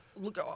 Look